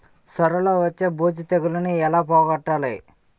సొర లో వచ్చే బూజు తెగులని ఏల పోగొట్టాలి?